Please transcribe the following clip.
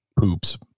poops